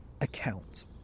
account